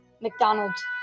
McDonald's